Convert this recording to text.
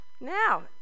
Now